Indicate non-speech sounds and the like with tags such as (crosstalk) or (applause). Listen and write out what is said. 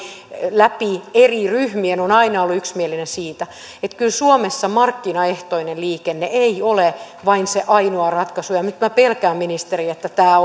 läpi eri ryhmien aina ollut yksimielinen siitä että kyllä suomessa markkinaehtoinen liikenne ei ole vain se ainoa ratkaisu ja nyt minä pelkään ministeri että tämä (unintelligible)